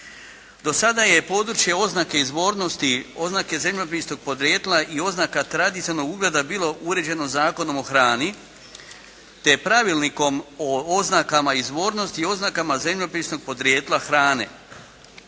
Do sada je područje oznake izvornosti, oznake zemljopisnog podrijetla i oznaka tradicionalnog ugleda bilo uređeno Zakonom o hrani te Pravilnikom o oznakama izvornosti i oznakama zemljopisnog podrijetla hrane,